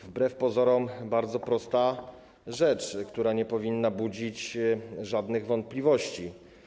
Wbrew pozorom to bardzo prosta rzecz, która nie powinna budzić żadnych wątpliwości.